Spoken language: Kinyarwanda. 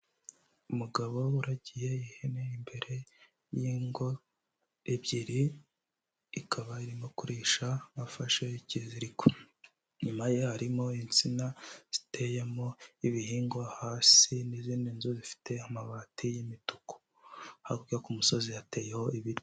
Umugabo uragiye ihene imbere y'ingo ebyiri, ikaba irimo kurisha afashe ikiziriko. Inyuma ye harimo insina ziteyemo ibihingwa hasi n'izindi nzu zifite amabati y'imituku. Hakurya ku musozi hateyeho ibiti.